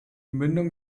mündung